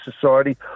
society